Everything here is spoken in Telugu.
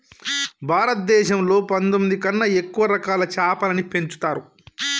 భారతదేశంలో పందొమ్మిది కన్నా ఎక్కువ రకాల చాపలని పెంచుతరు